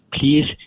please